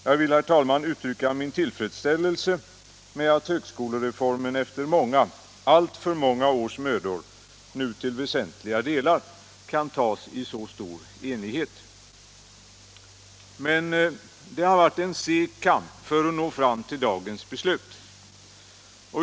Jag vill, herr talman, uttrycka min tillfredsställelse med att högskolereformen efter många, alltför många, års mödor nu till väsentliga delar kan tas i så stor enighet. Men det har varit en seg kamp för att nå fram till dagens beslut.